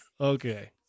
Okay